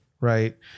right